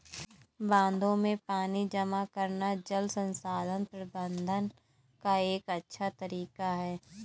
बांधों में पानी जमा करना जल संसाधन प्रबंधन का एक अच्छा तरीका है